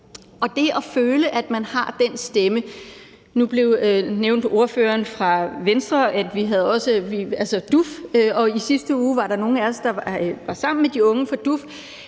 og som professionelle senere. Kl. 17:05 Nu nævnte ordføreren fra Venstre, at vi også havde DUF, og i sidste uge var der nogle af os, der var sammen med de unge fra DUF,